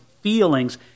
feelings